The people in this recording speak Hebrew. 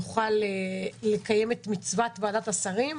נוכל לקיים את מצוות ועדת השרים,